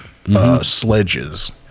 Sledges